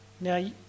Now